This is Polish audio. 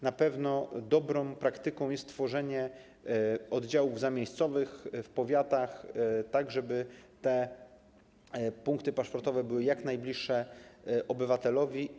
Na pewno dobrą praktyką jest tworzenie oddziałów zamiejscowych w powiatach, tak żeby te punkty paszportowe były jak najbliższe obywatelowi.